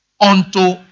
unto